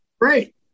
great